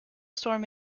storm